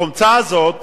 החומצה הזאת,